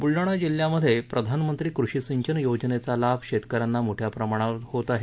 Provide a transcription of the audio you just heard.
बुलडाणा जिल्ह्यामध्ये प्रधानमंत्री कृषी सिंचन योजनेचा लाभ शेतकऱ्यांना मोठ्या प्रमाणात होत आहे